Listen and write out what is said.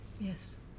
yes